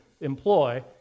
employ